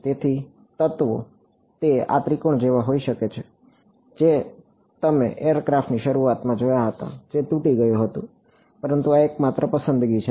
તેથી તત્ત્વો તે આ ત્રિકોણ જેવા હોઈ શકે છે જે તમે એરક્રાફ્ટની શરૂઆતમાં જોયા હતા જે તૂટી ગયું હતું પરંતુ આ એકમાત્ર પસંદગી છે